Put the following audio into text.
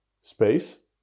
space